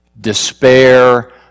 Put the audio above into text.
Despair